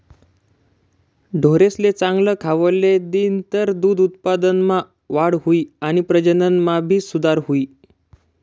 ढोरेसले चांगल खावले दिनतर दूध उत्पादनमा वाढ हुई आणि प्रजनन मा भी सुधार हुई